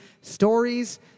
stories